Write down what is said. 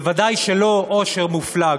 בוודאי שלא עושר מופלג.